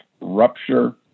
rupture